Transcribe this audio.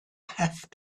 have